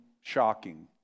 shocking